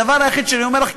הדבר היחיד שאני אומר לך,